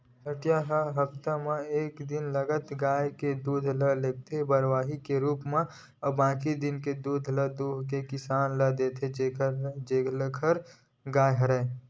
पहाटिया ह हप्ता म एक दिन लगत गाय के दूद ल लेगथे बरवाही के रुप म बाकी दिन के दूद ल दुहू के किसान ल देथे जेखर गाय हरय